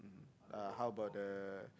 uh how about uh